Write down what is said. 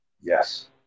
Yes